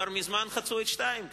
ומזמן חצו את ה-2%.